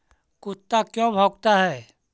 कुत्ता क्यों भौंकता है?